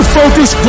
focus